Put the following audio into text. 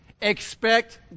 Expect